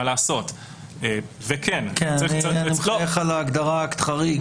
אני מחייך על ההגדרה "חריג".